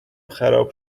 خراب